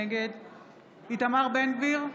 נגד איתמר בן גביר,